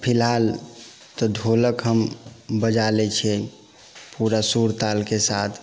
फिलहाल तऽ ढ़ोलक हम बजा लै छियै पूरा सुरतालके साथ